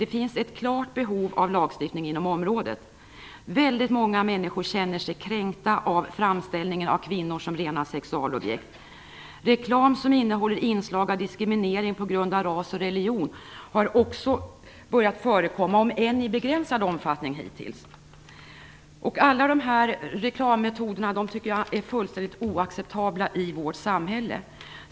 Det finns ett klart behov av lagstiftning inom området. Många människor känner sig kränkta av framställningar av kvinnor som rena sexualobjekt. Reklam som innehåller inslag av diskriminering på grund av ras och religion har också börjat förekomma, om än i begränsad omfattning hittills. Alla dessa reklammetoder är fullständigt oacceptabla i vårt samhälle.